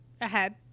Ahead